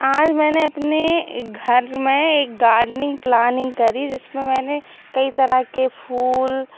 आज मैंने अपने घर में एक गार्डनिंग प्लानिंग करी जिसमें मैंने कई तरह के फूल